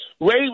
Ray